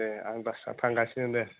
दे आं थांगासिनो दे